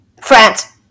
France